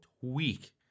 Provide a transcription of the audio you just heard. tweak